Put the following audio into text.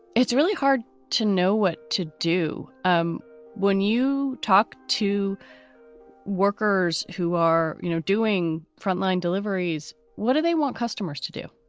it's really hard to know what to do. um when you talk to workers who are you know doing frontline deliveries, what do they want customers to do?